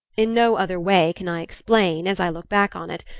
in no other way can i explain, as i look back on it,